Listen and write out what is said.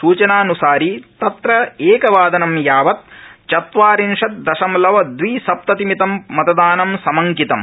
सूचनानुसारि तत्र एकवादनं चत्वारिंशत् दशमलव दवि सप्तमितं मतदानं समंकितम्